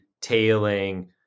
tailing